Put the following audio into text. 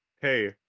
hey